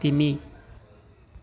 তিনি